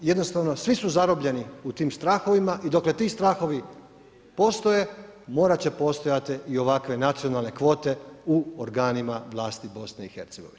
Jednostavno, svi su zarobljeni u tim strahovima i dokle ti strahovi postoje morati će postojati i ovakve nacionalne kvote u organima vlasti BIH.